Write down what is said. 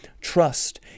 trust